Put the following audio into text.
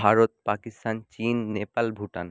ভারত পাকিস্তান চীন নেপাল ভুটান